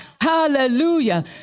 Hallelujah